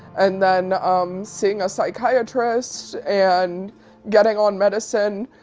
and then um seeing a psychiatrist and getting on medicine,